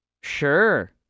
Sure